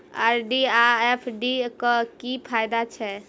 RD आ FD क की फायदा छै?